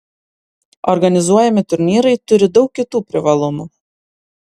organizuojami turnyrai turi daug kitų privalumų